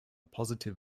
positive